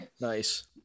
nice